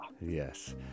Yes